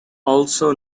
also